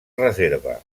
reserva